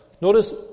Notice